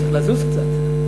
אני צריך לזוז קצת.